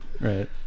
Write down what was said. Right